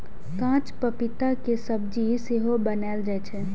कांच पपीता के सब्जी सेहो बनाएल जाइ छै